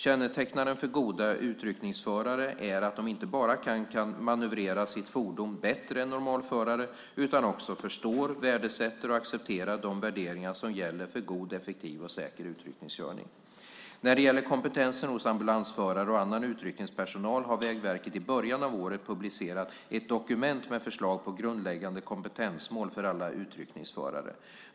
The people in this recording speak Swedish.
Kännetecknande för goda utryckningsförare är att de inte bara kan manövrera sitt fordon bättre än normalförare utan också förstår, värdesätter och accepterar de värderingar som gäller för god, effektiv och säker utryckningskörning. När det gäller kompetensen hos ambulansförare och annan utryckningspersonal har Vägverket i början av året publicerat ett dokument med förslag på grundläggande kompetensmål för alla utryckningsförare.